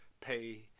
Pay